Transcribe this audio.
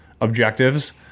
objectives